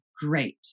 great